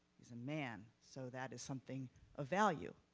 he's a man so that is something of value.